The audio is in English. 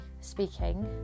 speaking